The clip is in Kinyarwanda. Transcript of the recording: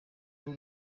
rwo